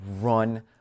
run